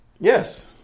Yes